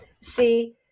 see